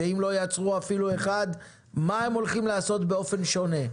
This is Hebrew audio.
ואם לא יצרו אפילו אחד נבקש לדעת מה הם הולכים לעשות באופן שונה.